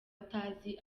atazi